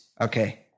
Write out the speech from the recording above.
Okay